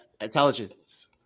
Intelligence